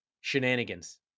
shenanigans